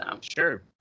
Sure